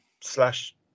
slash